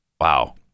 Wow